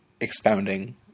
expounding